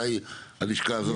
מתי הלשכה הזאת תיפתח?